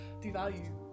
devalue